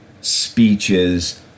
speeches